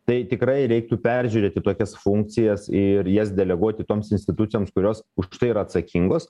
tai tikrai reiktų peržiūrėti tokias funkcijas ir jas deleguoti toms institucijoms kurios už tai yra atsakingos